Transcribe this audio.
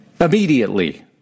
Immediately